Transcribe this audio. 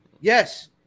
Yes